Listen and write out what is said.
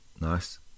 nice